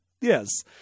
Yes